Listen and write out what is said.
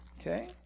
Okay